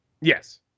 Yes